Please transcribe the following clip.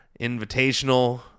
Invitational